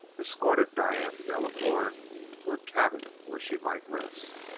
escorted diane delacouer to a cabin where she might rest.